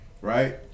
Right